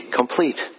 complete